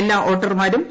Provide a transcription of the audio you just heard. എല്ലാ വോട്ടർമാരും